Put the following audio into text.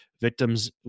victims